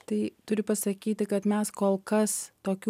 tai turi pasakyti kad mes kol kas tokių